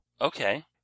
Okay